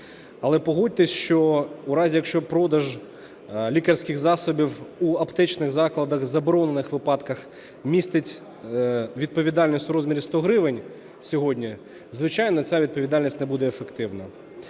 Але погодьтесь, що у разі, якщо продаж лікарських засобів у аптечних закладах у заборонених випадках містить відповідальність у розмірі 100 гривень сьогодні, звичайно, ця відповідальність не буде ефективною.